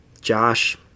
Josh